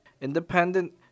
Independent